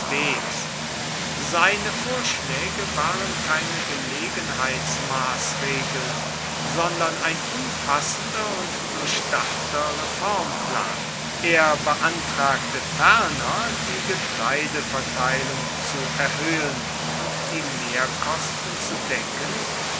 keineswegs seine vorschläge waren keine gelegenheitsmaßregeln sondern ein umfassender und durchdachter reformplan er beantragte ferner die getreideverteilung zu erhöhen und die mehrkosten zu decken